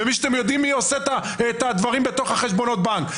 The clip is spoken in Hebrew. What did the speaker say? וכלפי אלו שאתם יודעים שהם עושים את הדברים בתוך חשבונות בנק.